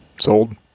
Sold